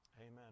Amen